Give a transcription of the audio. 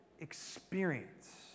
experience